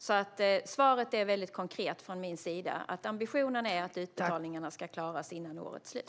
Mitt svar är mycket konkret: Ambitionen är att utbetalningarna ska klaras av före årets slut.